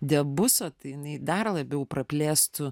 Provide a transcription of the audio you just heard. diabuso tai jinai dar labiau praplėstų